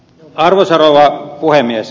arvoisa rouva puhemies